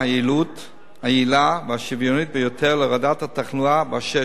היעילה והשוויונית ביותר להורדת התחלואה בעששת.